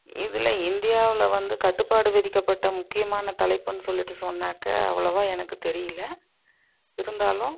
இதில் இந்தியாவில் வந்து கட்டுப்பாடு விதிக்கப்பட்ட முக்கியமான தலைப்புன்னு சொல்லிகிட்டு சொன்னாக்கா அவ்வளோவா எனக்கு தெரியல இருந்தாலும்